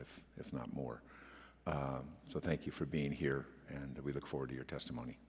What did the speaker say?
if not more so thank you for being here and we look forward to your testimony